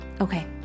Okay